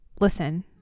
listen